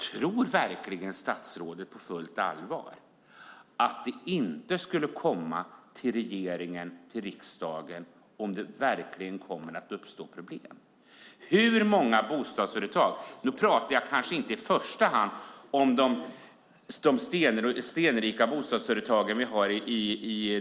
Tror statsrådet på fullt allvar att det inte skulle komma till regeringen och riksdagen om det verkligen uppstod problem? Hur många bostadsföretag tror statsrådet har råd att upprusta de bostäder vi byggde på 60 och 70-talen?